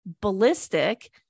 ballistic